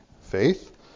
faith